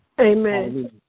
Amen